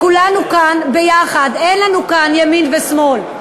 כולנו כאן ביחד, אין לנו כאן ימין ושמאל.